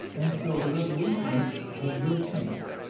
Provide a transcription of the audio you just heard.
and so the revolutionists had their chance,